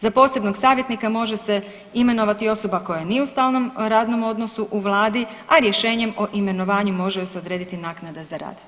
Za posebnog savjetnika može se imenovati osoba koja nije u stalnom radnom odnosu u Vladi a rješenjem o imenovanjem može joj se odrediti naknada za rad.